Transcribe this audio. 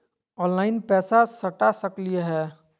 Online पैसा सटा सकलिय है?